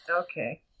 Okay